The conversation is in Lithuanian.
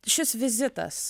šis vizitas